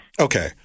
Okay